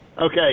Okay